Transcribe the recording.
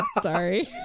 sorry